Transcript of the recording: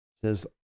says